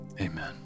amen